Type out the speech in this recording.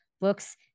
books